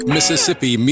Mississippi